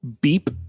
Beep